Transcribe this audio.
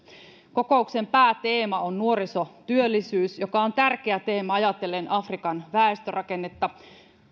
kokouksen pääteema on nuorisotyöllisyys joka on tärkeä teema ajatellen afrikan väestörakennetta